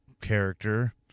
character